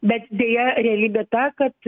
bet deja realybė ta kad